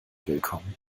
willkommen